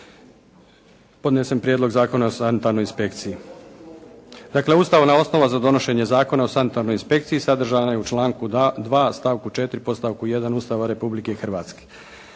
podnesem prijedlog Zakona o sanitarnoj inspekciji. Dakle ustavna osnova za donošenje Zakona o sanitarnoj inspekciji sadržanoj u članku 2. stavku 4. podstavku 1. Ustava Republike Hrvatske.